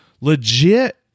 legit